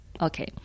Okay